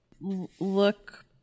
Look